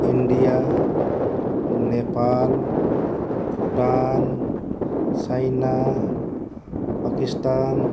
India Nepal Bhutan China Pakistan